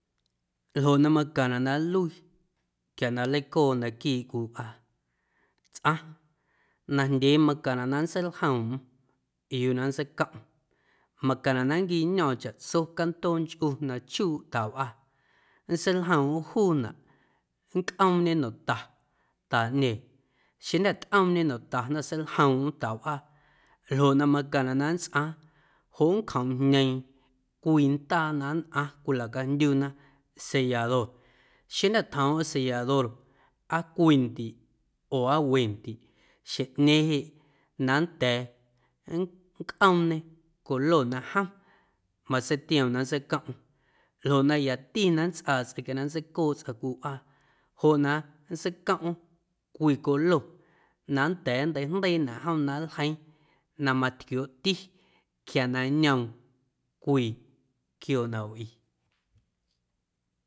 Ljoꞌ na macaⁿnaꞌ na nluii quia na nleicooꞌ naquiiꞌ cwii wꞌaa tsꞌaⁿ najndyee macaⁿnaꞌ na nntseiljoomꞌm yuu na nntseicomꞌm macaⁿnaꞌ na nnquiño̱o̱ⁿ chaꞌtso cantoonchꞌu na chuuꞌ tawꞌaa nntseiljoomꞌm juunaꞌ nncꞌoomñe nomta taꞌñeeⁿ xeⁿjnda̱ tꞌoomñe nomta jnda̱ seiljoomꞌm tawꞌaa ljoꞌ na macaⁿnaꞌ na nntsꞌaaⁿ joꞌ nncjoomꞌjndyee cwii ndaa na nnꞌaⁿ cwilacajndyu sellador, xeⁿjnda̱ tjoomꞌm sellador aa cwii ndiiꞌ oo aa we ndiiꞌ xjeⁿꞌñeeⁿ jeꞌ na nnda̱a̱ nncꞌoomñe colo na jom matseitioom na nntseicomꞌm ljoꞌ na yati na nntsꞌaa tsꞌaⁿ quia na nntseicooꞌ tsꞌaⁿ cwii wꞌaa joꞌ na nntseicomꞌm cwii colo na nnda̱a̱ nnteijndeiinaꞌ jom na nljeiiⁿ na matquiooꞌti quia na ñoom quiooꞌ na wꞌii.